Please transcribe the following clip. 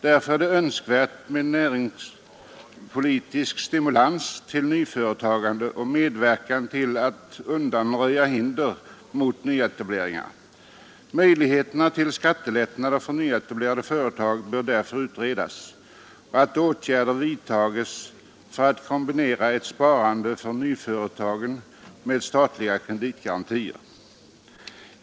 Därför är det önskvärt med näringspolitisk stimulans till nyföretagande och medverkan till att undanröja hinder mot nyetableringar. Möjligheterna till skattelättnader för nyetablerade företag bör således utredas, och åtgärder bör vidtagas för att kombinera ett sparande för nyföretagen med statliga kreditgarantier.